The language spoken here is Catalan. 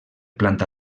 planta